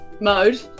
mode